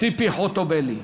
ציפי חוטובלי.